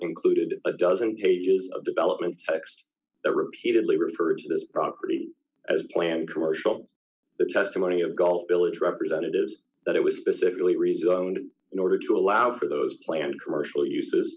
included d a dozen pages of development text repeatedly referred to this property as plan commercial the testimony of gulf village d representatives that it was specifically rezoned in order to allow for those planned commercial uses